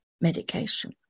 medication